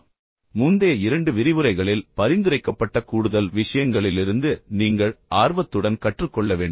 எடுத்துக்காட்டாக முந்தைய இரண்டு விரிவுரைகளில் பரிந்துரைக்கப்பட்ட கூடுதல் விஷயங்களிலிருந்து நீங்கள் ஆர்வத்துடன் கற்றுக்கொள்ள வேண்டும்